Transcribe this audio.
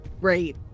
great